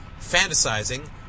fantasizing